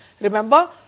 Remember